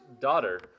daughter